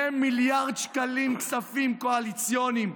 2 מיליארד שקלים, כספים קואליציוניים,